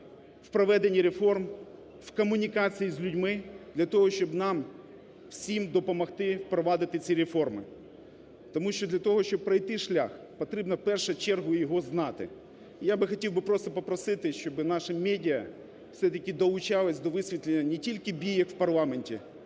в проведенні реформ, в комунікації з людьми для того, щоб нам всім допомогти впровадити ці реформи. Тому що для того, щоб пройти шлях, потрібно, в першу чергу, його знати. Я би хотів просто попросити, щоби наші медіа все-таки долучалися до висвітлення не тільки бійок в парламенті,